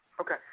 Okay